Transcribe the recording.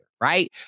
right